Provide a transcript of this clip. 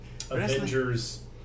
Avengers